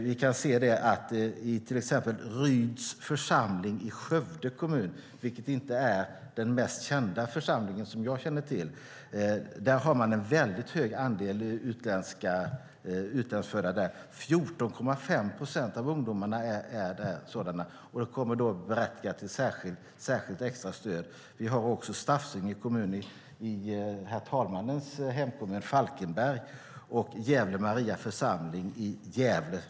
Vi kan se att man i till exempel Ryds församling i Skövde kommun, vilket inte är den mest kända församlingen, har en hög andel utlandsfödda - 14,5 procent av ungdomarna. Det berättigar till särskilt, extra stöd. Vi har också Stafsinge församling i herr talmannens hemkommun Falkenberg samt Gävle Maria församling i Gävle.